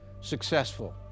successful